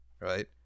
right